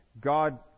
God